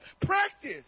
practice